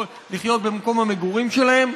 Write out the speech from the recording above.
לחיות במקום המגורים שלהם,